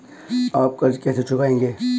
आप कर्ज कैसे चुकाएंगे?